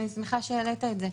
ואני שמחה שהעלית את זה,